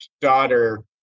daughter